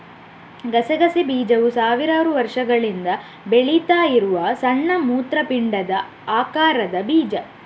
ಗಸಗಸೆ ಬೀಜವು ಸಾವಿರಾರು ವರ್ಷಗಳಿಂದ ಬೆಳೀತಾ ಇರುವ ಸಣ್ಣ ಮೂತ್ರಪಿಂಡದ ಆಕಾರದ ಬೀಜ